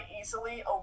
easily